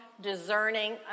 discerning